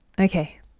Okay